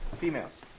females